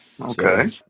Okay